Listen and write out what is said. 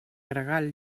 gregal